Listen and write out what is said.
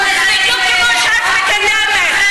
בדיוק כמו שאת מקדמת.